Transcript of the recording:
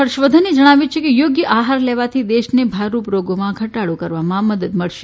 હર્ષવર્ધને જણાવ્યું છે કે યોગ્ય આહાર લેવાથી દેશને ભારરૂપ રોગોમાં ઘટાડો કરવા મદદરૂપ બનશે